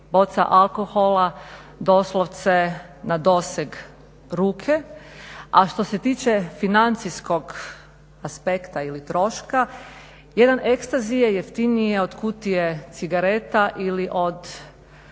boca alkohola doslovce na doseg ruke a što se tiče financijskog aspekta ili troška jedan ekstazi je jeftiniji od kutije cigareta ili od